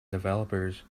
developers